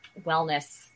wellness